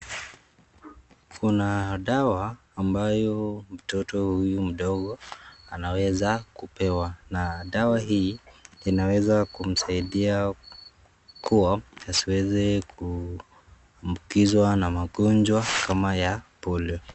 Kuna dawa ambayo mtoto huyu mdogo anaweza kupewa na dawa hii inaweza kumsaidia kuwa asiweze kuambukizwa na magonjwa kama ya Polio.